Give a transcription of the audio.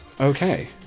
Okay